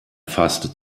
fasste